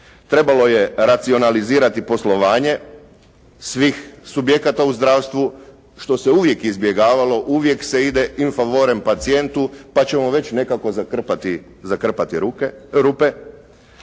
Trebalo je racionalizirati poslovanje svih subjekata u zdravstvu što se uvijek izbjegavalo, uvije se ide infavore pacijentu, pa ćemo već nekako zakrpati rupe.